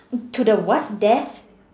to the what death